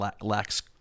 lacks